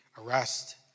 arrest